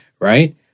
right